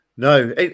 No